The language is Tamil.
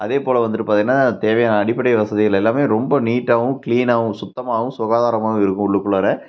அதே போல் வந்துட்டு பார்த்திங்கன்னா தேவையான அடிப்படை வசதிகள் எல்லாம் ரொம்ப நீட்டாகவும் கிளீனாகவும் சுத்தமாகவும் சுகாதாரமாகவும் இருக்கும் உள்ளுக்குள்ளாற